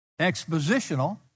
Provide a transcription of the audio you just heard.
Expositional